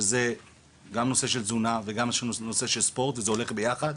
שכוללת גם את נושא התזונה וגם את נושא הספורט ביחד,